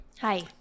Hi